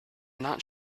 not